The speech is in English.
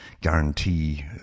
guarantee